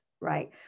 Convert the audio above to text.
right